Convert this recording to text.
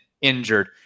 injured